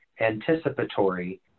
anticipatory